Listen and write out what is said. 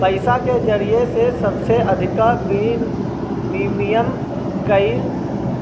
पईसा के जरिया से सबसे अधिका विमिमय कईल